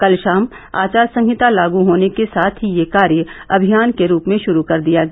कल षाम आचार संहिता लागू होने के साथ ही यह कार्य अभियान के रूप में षुरू कर दिया गया